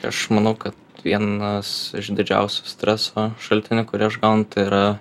aš manau kad vienas iš didžiausių streso šaltinių kurį aš gaunu tai yra